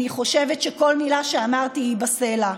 אני חושבת שכל מילה שאמרתי היא בסלע.